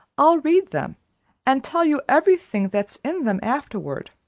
i'll read them and tell you everything that's in them afterward,